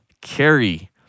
carry